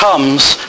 comes